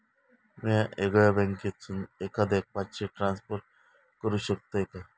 म्या येगल्या बँकेसून एखाद्याक पयशे ट्रान्सफर करू शकतय काय?